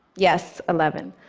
yes, eleven.